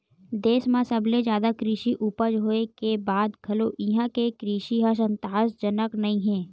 देस म सबले जादा कृषि उपज होए के बाद घलो इहां के कृषि ह संतासजनक नइ हे